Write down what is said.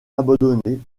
abandonnée